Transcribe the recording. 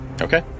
Okay